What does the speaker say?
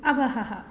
अवहन्